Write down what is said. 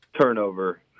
turnover